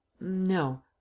No